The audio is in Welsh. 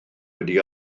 wedi